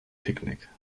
picknick